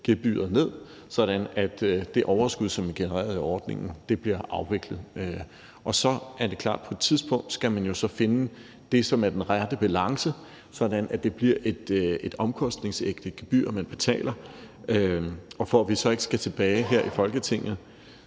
gebyret ned, sådan at det overskud, som blev genereret af ordningen, bliver afviklet. Og så er det klart, at man jo så på et tidspunkt skal finde den rette balance, sådan at det bliver et omkostningsægte gebyr, man betaler, og for at vi så ikke skal tilbage her i Folketinget,